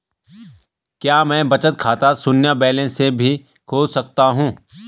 क्या मैं बचत खाता शून्य बैलेंस से भी खोल सकता हूँ?